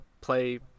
play